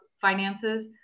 finances